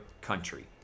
country